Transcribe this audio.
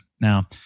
Now